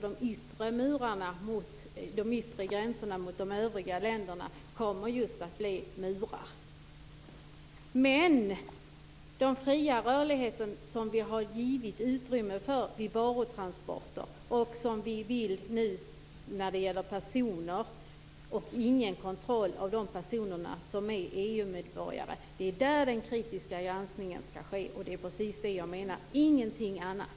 De yttre gränserna mot de övriga länderna kommer att bli just murar. Vi har givit utrymme för fri rörlighet vid varutransporter. Nu vill man också ha detta när det gäller personer, alltså ingen kontroll av de personer som är EU-medborgare. Det är där den kritiska granskningen skall ske. Det är precis det jag menar och ingenting annat.